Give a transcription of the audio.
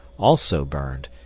also burned,